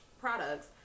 products